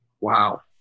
Wow